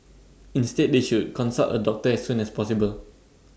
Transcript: instead they should consult A doctor as soon as possible